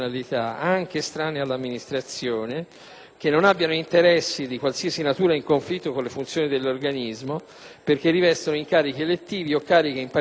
che non abbiano interessi di qualsiasi natura in conflitto con le funzioni dell'organismo, perché rivestono incarichi elettivi o cariche in partiti politici o in organizzazioni sindacali